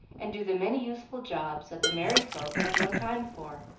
and do the many useful jobs that the married folk have no time for.